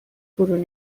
فرو